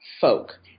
Folk